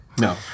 No